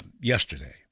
yesterday